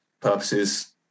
purposes